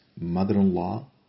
mother-in-law